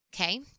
Okay